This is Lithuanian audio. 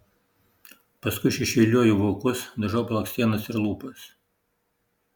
paskui šešėliuoju vokus dažau blakstienas ir lūpas